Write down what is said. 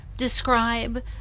describe